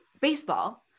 baseball